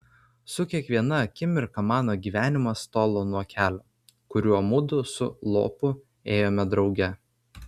su kiekviena akimirka mano gyvenimas tolo nuo kelio kuriuo mudu su lopu ėjome drauge